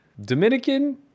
Dominican